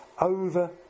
over